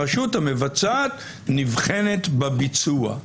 הרשות המבצעת נבחנת בביצוע.